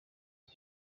uzi